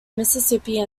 mississippi